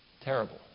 Terrible